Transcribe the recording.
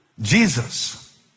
Jesus